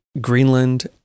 Greenland